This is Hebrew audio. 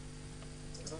בלעום,